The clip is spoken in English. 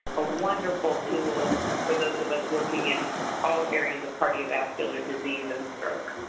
a wonderful tool for those of us working in all areas of cardiovascular disease and stroke.